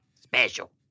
special